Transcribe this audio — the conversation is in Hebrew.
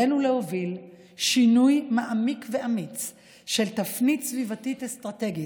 עלינו להוביל שינוי מעמיק ואמיץ של תפנית סביבתית-אסטרטגית,